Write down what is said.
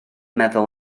meddwl